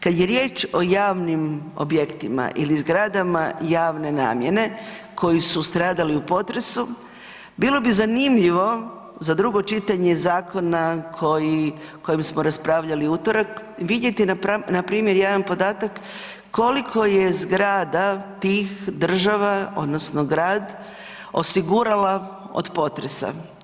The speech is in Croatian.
Kad je riječ o javnim objektima ili zgradama javne namjene koji su stradali u potresu bilo bi zanimljivo za drugo čitanje zakona koji, o kojem smo raspravljali u utorak vidjeti npr. jedan podatak koliko je zgrada tih država odnosno grad osigurala od potresa.